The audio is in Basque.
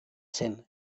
zen